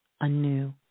anew